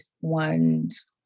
one's